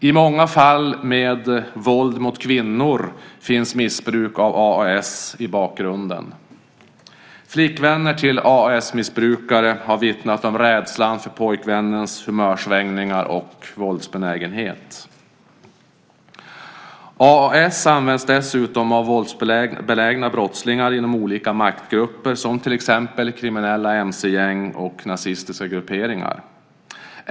I många fall med våld mot kvinnor finns missbruk av AAS i bakgrunden. Flickvänner till AAS-missbrukare har vittnat om rädsla för pojkvännens humörsvängningar och våldsbenägenhet. AAS används dessutom av våldsbenägna brottslingar inom olika maktgrupper som kriminella mc-gäng och nazistiska grupperingar.